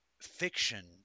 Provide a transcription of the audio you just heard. fiction